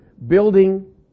Building